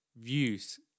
views